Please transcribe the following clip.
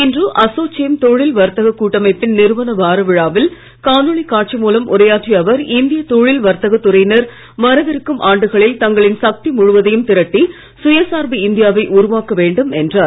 இன்று அசோச்சேம் தொழில் வர்த்தக கூட்டமைப்பின் நிறுவன வார விழாவில் காணொளி காட்சி மூலம் உரையாற்றிய அவர் இந்திய தொழில் வர்த்தக துறையினர் வரவிருக்கும் ஆண்டுகளில் தங்களின் சக்தி முழுவதையும் திரட்டி சுயசார்பு இந்தியாவை உருவாக்க வேண்டும் என்றார்